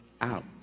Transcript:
out